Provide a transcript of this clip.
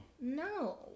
no